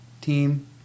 team